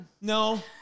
No